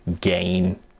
gain